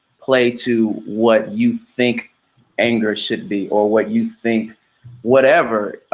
play to what you think anger should be or what you think whatever,